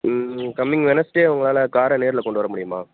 coming Wednesday உங்களால காரை நேரில் கொண்டு வர முடியுமா